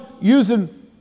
using